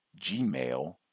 gmail